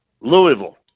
Louisville